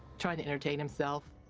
trying to entertain himself.